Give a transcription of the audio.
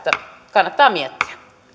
kannattaa niitä miettiä